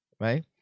right